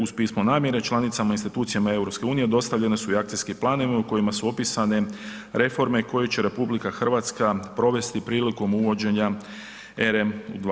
Uz pismo namjere članicama, institucijama EU dostavljeni su i akcijski planovi u kojima su opisane reforme koje će RH provesti prilikom uvođenja EREM2.